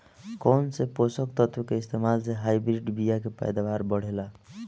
कौन से पोषक तत्व के इस्तेमाल से हाइब्रिड बीया के पैदावार बढ़ेला?